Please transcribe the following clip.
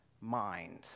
mind